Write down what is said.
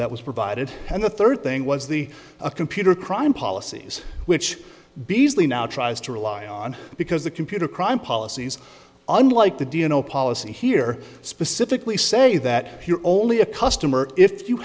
that was provided and the third thing was the computer crime policies which bees now tries to rely on because the computer crime policies unlike the d n o policy here specifically say that you're only a customer if you